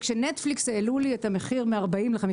כאשר נטפליקס העלו לי את המחיר מ-40 ל-50